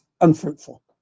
unfruitful